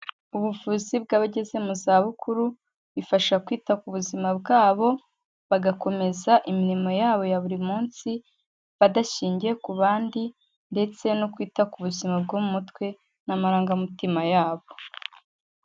Ubuvuzi bw'abageze mu zabukuru, bifasha kwita ku buzima bwabo bagakomeza imirimo yabo ya buri munsi badashingiye ku bandi, ndetse no kwita ku buzima bw'umutwe n'amarangamutima yabo.